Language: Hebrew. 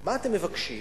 מה אתם מבקשים?